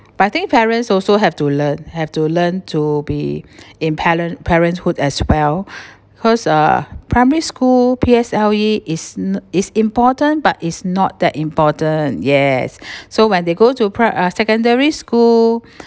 but I think parents also have to learn have to learn to be in parent~ parenthood as well cause uh primary school P_S_L_E is no~ is important but is not that important yes so when they go to pri~ uh secondary school